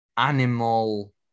animal